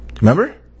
Remember